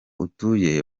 utuye